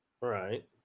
right